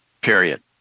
period